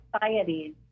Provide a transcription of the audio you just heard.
societies